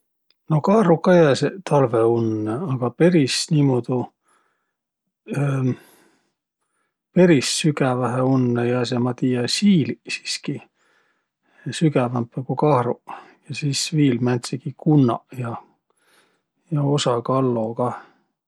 No kahruq ka jääseq talvõunnõ, aga peris niimuudu peris sügävähe unnõ jääseq, ma tiiä, siiliq siski, sügävämpä ku kahruq. Ja sis viil määntsegi kunnaq ja, ja osa kallo kah.